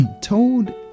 told